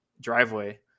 driveway